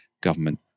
government